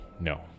no